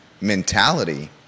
mentality